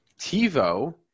TiVo